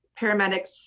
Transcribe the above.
paramedics